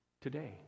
Today